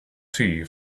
tea